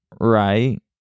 right